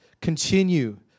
continue